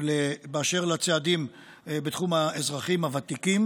באשר לצעדים בתחום האזרחים הוותיקים,